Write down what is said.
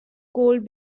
gold